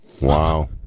Wow